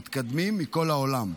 מתקדמים מכל העולם,